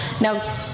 Now